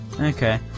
Okay